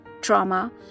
trauma